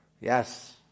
Yes